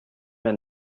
mehr